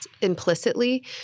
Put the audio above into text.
implicitly